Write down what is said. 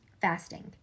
Fasting